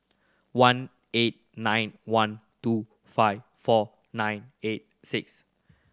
one eight nine one two five four nine eight six